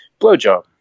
blowjob